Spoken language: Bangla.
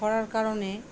খরার কারণে